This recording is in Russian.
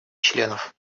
членов